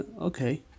Okay